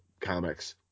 comics